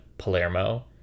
Palermo